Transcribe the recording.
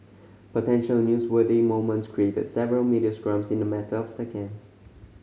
potential newsworthy moments created several media scrums in a matter of seconds